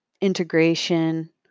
integration